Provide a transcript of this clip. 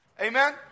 Amen